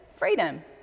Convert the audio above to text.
freedom